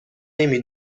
نمی